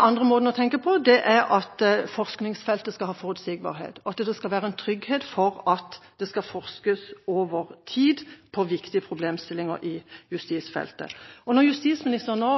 andre måten å tenke på er at forskningsfeltet skal ha forutsigbarhet, at det skal være en trygghet for at det skal forskes over tid på viktige problemstillinger på justisfeltet. Når justisministeren nå